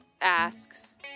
asks